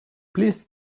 please